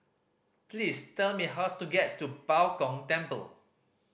please tell me how to get to Bao Gong Temple